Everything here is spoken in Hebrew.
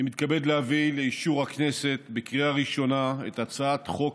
אני מתכבד להביא לאישור הכנסת בקריאה ראשונה את הצעת חוק